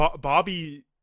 Bobby